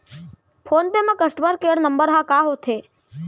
Phone पे म customer care number ह का होथे?